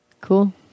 Cool